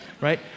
right